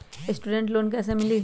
Student loan कैसे मिली?